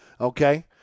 okay